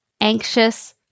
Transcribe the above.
anxious